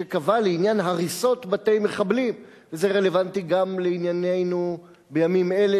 שקבע לעניין הריסות בתי מחבלים וזה רלוונטי גם לענייננו בימים אלה,